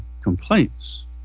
complaints